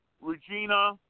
Regina